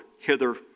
hither